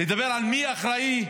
לדבר על מי אחראי,